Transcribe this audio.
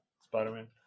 spider-man